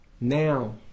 now